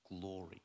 glory